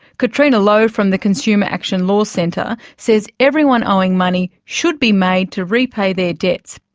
catriona lowe from the consumer action law centre says everyone owing money should be made to repay their debts.